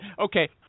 Okay